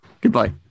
Goodbye